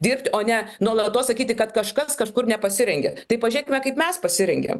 dirbti o ne nuolatos sakyti kad kažkas kažkur nepasirengia tai pažiūrėkime kaip mes pasirengėm